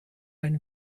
einen